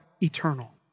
eternal